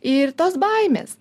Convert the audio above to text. ir tos baimės